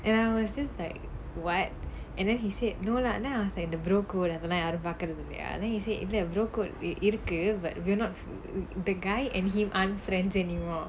and I was just like what and then he said no lah then I was like brother code அதுலாம் யாரும் பாக்குறது இல்லையா:athulaam yaarum paakurathu illaiyaa brother code இருக்கு:irukku then he said இல்ல:illa brother code இருக்கு:irukku but we're not the guy and him aren't friends anymore